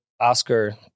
Oscar